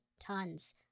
tons